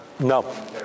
no